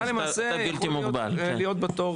אתה למעשה הופך להיות בתור.